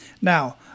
Now